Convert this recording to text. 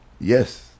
Yes